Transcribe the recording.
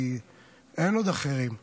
כי אין עוד אחרים,